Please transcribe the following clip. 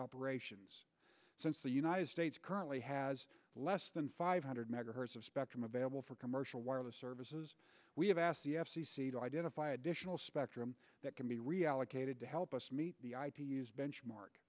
operations since the united states currently has less than five hundred megahertz of spectrum available for commercial wireless services we have asked the f c c to identify additional spectrum that can be reallocated to help us meet the benchmark